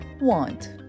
want